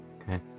okay